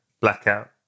Blackout